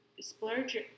splurge